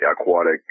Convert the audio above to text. aquatic